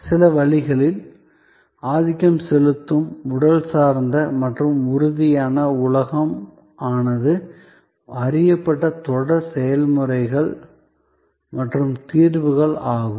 சில வழிகளில் ஆதிக்கம் செலுத்தும் உடல் சார்ந்த மற்றும் உறுதியான உலகம் ஆனது அறியப்பட்ட தொடர் செயல்முறைகள் மற்றும் தீர்வுகள் ஆகும்